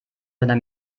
seine